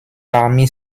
parmi